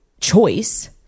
choice